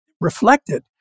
reflected